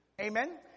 Amen